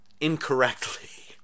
incorrectly